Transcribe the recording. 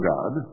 God